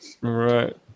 right